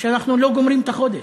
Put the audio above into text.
כי אנחנו לא גומרים את החודש?